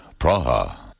Praha